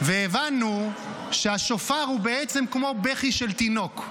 והבנו שהשופר הוא כמו בכי של תינוק.